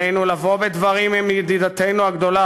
עלינו לבוא בדברים עם ידידתנו הגדולה,